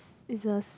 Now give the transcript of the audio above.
is a